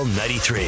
93